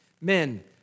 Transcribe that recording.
Men